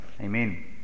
Amen